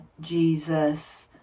Jesus